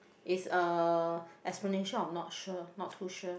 is a explanation of not sure not too sure